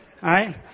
right